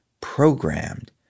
programmed